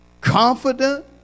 confident